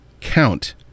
count